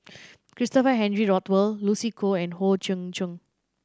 Christopher Henry Rothwell Lucy Koh and Howe Yoon Chong